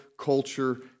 culture